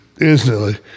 instantly